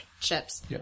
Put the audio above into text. chips